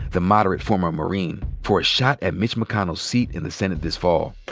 the moderate former marine, for a shot at mitch mcconnell's seat in the senate this fall.